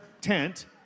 tent